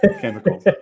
chemicals